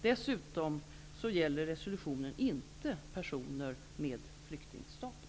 Dessutom gäller resolutionen inte personer med flyktingstatus.